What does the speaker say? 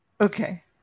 Okay